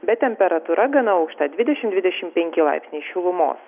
bet temperatūra gana aukšta dvidešim dvidešim penki laipsniai šilumos